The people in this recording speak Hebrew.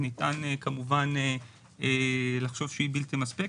ניתן כמובן לחשוב שהיא בלתי מספקת,